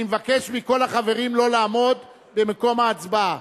אני מבקש מכל החברים לא לעמוד במקום ההצבעה.